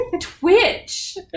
twitch